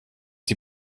die